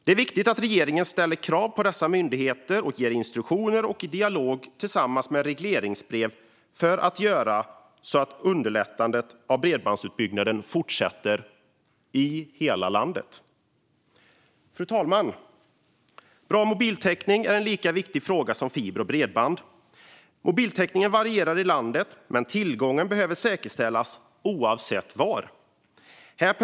Det är viktigt att regeringen ställer krav på dessa myndigheter genom instruktioner, dialoger och regleringsbrev för att underlätta bredbandsutbyggnaden i hela landet. Fru talman! Bra mobiltäckning är en lika viktig fråga som fiber och bredband. Mobiltäckningen i landet varierar, men tillgången behöver säkerställas oavsett var man befinner sig.